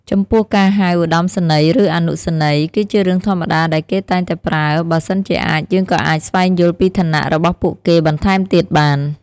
ចំពោះការហៅ ឧត្តមសេនីយ៍ ឬ អនុសេនីយ៍ គឺជារឿងធម្មតាដែលគេតែងតែប្រើ បើសិនជាអាចយើងក៏អាចស្វែងយល់ពីឋានៈរបស់ពួកគេបន្ថែមទៀតបាន។